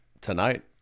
tonight